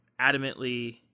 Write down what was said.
adamantly